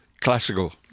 classical